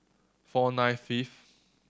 four nine fifth